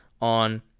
on